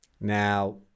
Now